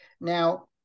Now